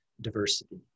diversity